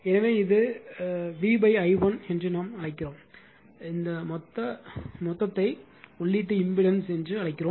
எனவே இது நாம் V i1 என்று அழைக்கிறோம் இந்த மொத்தத்தை உள்ளீட்டு இம்பிடன்ஸ் என்று அழைக்கிறோம்